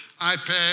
iPad